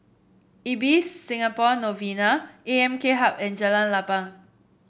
Ibis Singapore Novena AMK Hub and Jalan Lapang